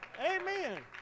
Amen